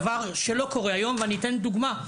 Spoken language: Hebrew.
דבר שלא קורה היום ואני אתן דוגמה.